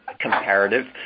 Comparative